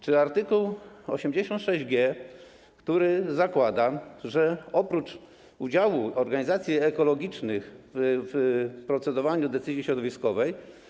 Czy art. 86g, który zakłada, że oprócz udziału organizacji ekologicznych w procedowaniu nad decyzją środowiskową.